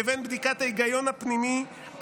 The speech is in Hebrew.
לבין בדיקת ההיגיון הפנימי,